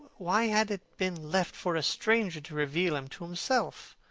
why had it been left for a stranger to reveal him to himself?